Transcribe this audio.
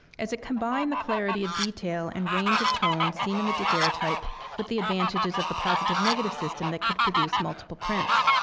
as it combined the clarity of detail and range of tone seen in the daguerreotype with the advantages of the positive-negative system that could produce multiple prints.